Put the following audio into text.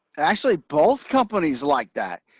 actually, both companies like that.